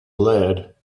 lead